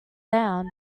down